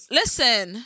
listen